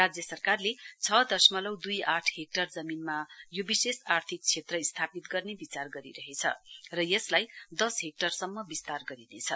राज्य सरकारले छ दशमलक दुई आठ हेक्टर जमीनमा यो विशेष आर्थिक क्षेत्र स्थापित गर्ने विचार गरिरहेछ र यसलाई दस हेक्टरसम्म विस्तार गरिनेछ